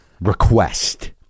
request